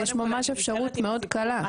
יש ממש אפשרות מאוד קלה.